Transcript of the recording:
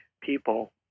people